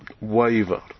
waver